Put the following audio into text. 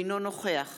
אינו נוכח